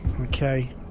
okay